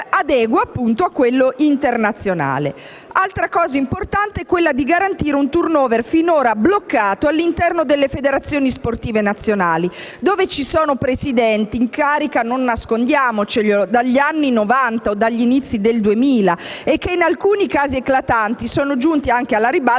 adegua a quello internazionale. Altra cosa importante è quella di garantire un *turnover* finora bloccato all'interno delle federazioni sportive nazionali, dove - non nascondiamocelo - ci sono presidenti in carica dagli anni Novanta o dagli inizi del 2000, che, in alcuni casi eclatanti, sono giunti anche alla ribalta